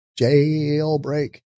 Jailbreak